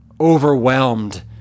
overwhelmed